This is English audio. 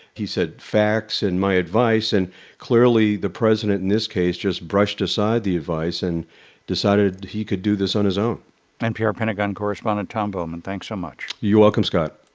he said, facts and my advice. and clearly, the president, in this case, just brushed aside the advice and decided he could do this on his own npr pentagon correspondent tom bowman thanks so much you're welcome, scott